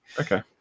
Okay